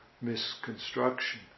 Misconstruction